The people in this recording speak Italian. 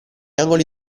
angoli